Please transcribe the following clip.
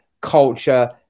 culture